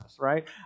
right